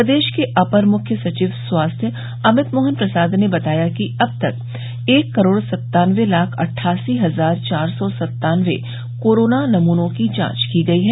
प्रदेश के अपर मुख्य सचिव स्वास्थ्य अमित मोहन प्रसाद ने बताया कि अब तक एक करोड़ सत्तानवे लाख अट्ठासी हजार चार सौ सत्तानवे कोरोना नमूनों की जांच की गई है